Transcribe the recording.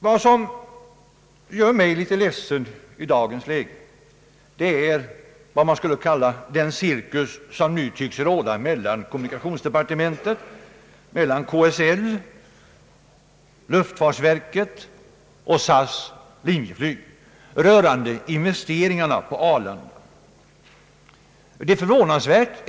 Vad som i dagens läge gör mig lite ledsen är vad man skulle kunna kalla den cirkus som nu tycks råda i förhållandet mellan kommunikationsdepartementet, KSL, luftfartsverket och SAS— Linjeflyg rörande investeringarna på Arlanda.